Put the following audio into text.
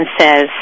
says